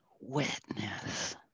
witness